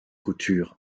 couture